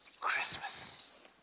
Christmas